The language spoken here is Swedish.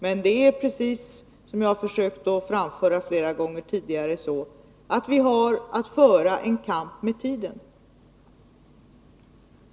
Men vi har att föra en kamp med tiden, precis som jag har försökt att framhålla flera gånger tidigare.